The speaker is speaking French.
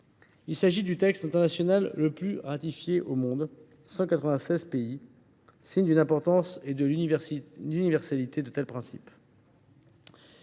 Il s’agit du texte international le plus largement ratifié au monde, par 196 pays, signe de l’importance et de l’universalité des principes